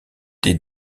des